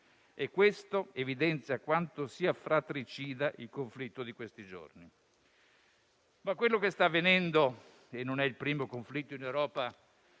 Ciò evidenzia quanto sia fratricida il conflitto degli ultimi giorni. Quello che sta avvenendo - e non è il primo conflitto in Europa,